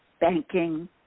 Banking